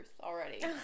already